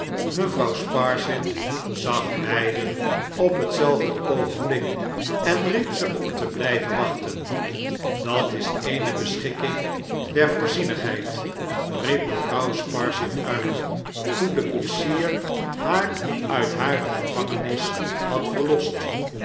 mevrouw sparsit zag beiden op hetzelfde oogenblik en riep ze om te blijven wachten dat is eene beschikking der voorzienigheid riep mevrouw sparsit uit toen de koetsier haar uit hare gevangenis had verlost